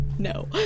No